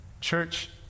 Church